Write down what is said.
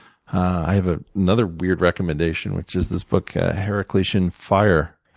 i have ah another weird recommendation, which is this book, heroclitean fire.